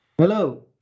Hello